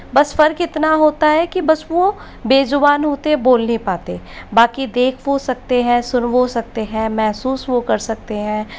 बस फ़र्क़ इतना होता है कि बस वो बेज़ुबान होते है बोल नहीं पाते बाकी देख वो सकते हैं सुन वो सकते हैं महसूस वो कर सकते हैं